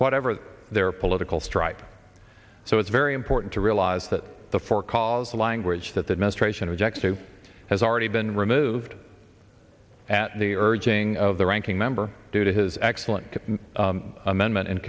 whatever their political stripe so it's very important to realize that the four calls the language that the administration rejects so has already been removed at the urging of the ranking member due to his excellent amendment